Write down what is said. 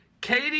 Katie